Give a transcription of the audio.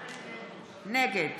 נגד